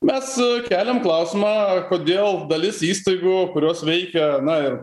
mes keliam klausimą kodėl dalis įstaigų kurios veikia na ir